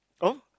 oh